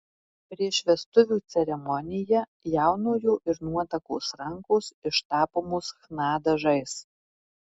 prieš vestuvių ceremoniją jaunojo ir nuotakos rankos ištapomos chna dažais